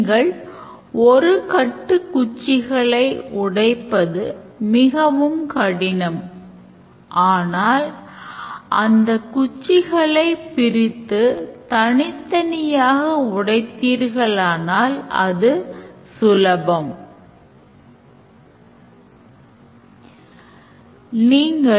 இது ஒரு course registration software actorகளை அடையாளம் காண்பது அதனுடன் தொடர்புடைய use caseகள் மற்றும் அதை ஆவணப்படுத்துவது எவ்வாறு என்று பார்ப்போம்